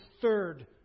third